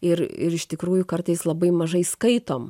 ir ir iš tikrųjų kartais labai mažai skaitom